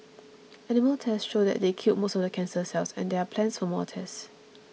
animal tests show they killed most of the cancer cells and there are plans for more tests